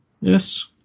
Yes